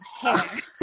hair